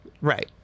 Right